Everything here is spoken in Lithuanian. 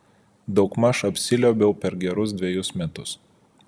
daugmaž apsiliuobiau per gerus dvejus metus